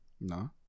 No